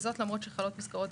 וזאת למרות שחלות מסגרות